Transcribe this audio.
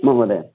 महोदय